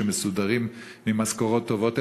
שמסודרים ממשכורות טובות,